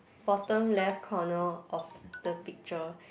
bottom left corner of the picture